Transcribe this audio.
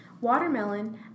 Watermelon